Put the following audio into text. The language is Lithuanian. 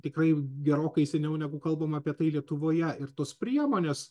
tikrai gerokai seniau negu kalbam apie tai lietuvoje ir tos priemonės